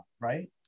right